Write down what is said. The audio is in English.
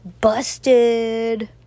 busted